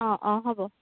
অঁ অঁ হ'ব